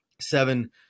seven